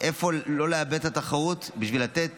איפה לא לאבד את התחרות בשביל לתת